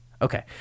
Okay